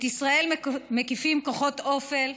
את ישראל מקיפים כוחות אופל,